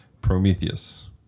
Prometheus